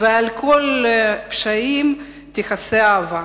"ועל כל פשעים תכסה אהבה".